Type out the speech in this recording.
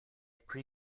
pre